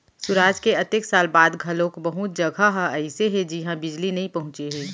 सुराज के अतेक साल बाद घलोक बहुत जघा ह अइसे हे जिहां बिजली नइ पहुंचे हे